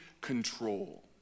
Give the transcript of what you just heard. control